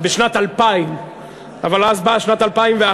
בשנת 2000. אבל אז באה שנת 2001,